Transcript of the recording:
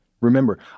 Remember